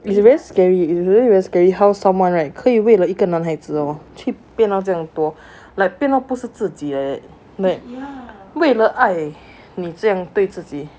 it's very scary it's really really scary how someone right 可以为了一个男孩子 orh 去变到这样多 like 变到不是自己 like that like 为了爱你这样对自己